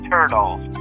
Turtles